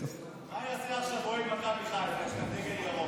מה יעשה עכשיו אוהד מכבי חיפה עם דגל ירוק?